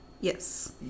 Yes